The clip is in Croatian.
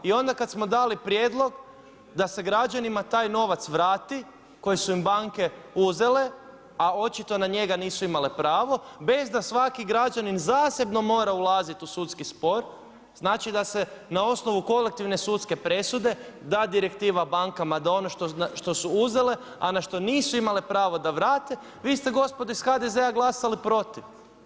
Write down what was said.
I onda kada smo dali prijedlog da se građanima taj novac vrati koji su im banke uzele a očito na njega nisu imale pravo bez da svaki građanin zasebno mora ulaziti u sudski spor, znači da se na osnovu kolektivne sudske presude da direktiva bankama da ono što su uzele a na što nisu imale pravo da vrate, vi ste gospodo iz HDZ-a glasali protiv.